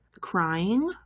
crying